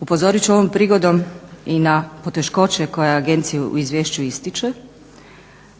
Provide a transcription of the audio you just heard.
Upozorit ću ovom prigodom i na poteškoće koje agencija u izvješću ističe,